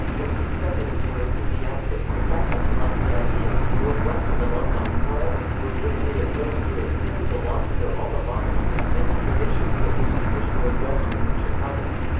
the two presidents were enthusiastic, the faculty liked the idea the northwestern alumni, however, were vehemently opposed to it, fearing the loss of their alma mater and its many traditions that distinguished northwestern from chicago.